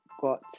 got